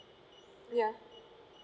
ya